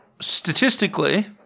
Statistically